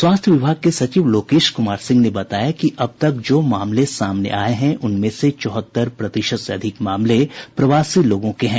स्वास्थ्य विभाग के सचिव लोकेश कुमार सिंह ने बताया कि अब तक जो मामले सामने आये हैं उनमें से चौहत्तर प्रतिशत से अधिक मामले प्रवासी लोगों के हैं